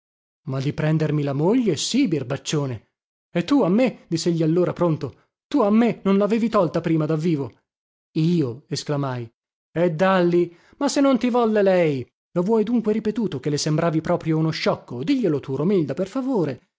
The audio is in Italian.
ma di prendermi la moglie sì birbaccione e tu a me dissegli allora pronto tu a me non lavevi tolta prima da vivo io esclamai e dàlli ma se non ti volle lei lo vuoi dunque ripetuto che le sembravi proprio uno sciocco diglielo tu romilda per favore